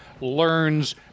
learns